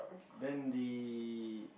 then the